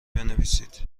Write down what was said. بنویسند